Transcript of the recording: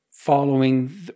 following